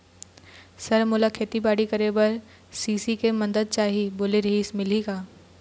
Sir मोला खेतीबाड़ी करेबर के.सी.सी के मंदत चाही बोले रीहिस मिलही का?